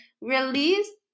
Release